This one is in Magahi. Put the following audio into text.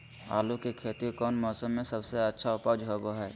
आलू की खेती कौन मौसम में सबसे अच्छा उपज होबो हय?